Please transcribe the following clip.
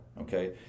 okay